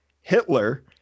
Hitler